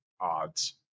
odds